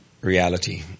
reality